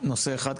נושא אחד,